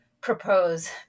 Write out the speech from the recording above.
propose